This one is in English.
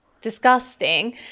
disgusting